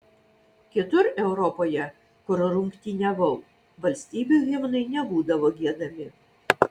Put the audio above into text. kitur europoje kur rungtyniavau valstybių himnai nebūdavo giedami